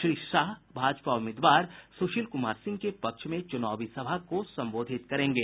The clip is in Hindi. श्री शाह भाजपा उम्मीदवार सुशील कुमार सिंह के पक्ष में चुनावी सभा को संबोधित करेंगे